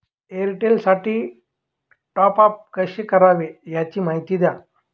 एअरटेलसाठी टॉपअप कसे करावे? याची माहिती द्या